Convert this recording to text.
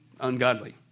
ungodly